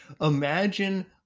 Imagine